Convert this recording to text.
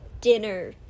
dinner